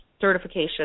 certification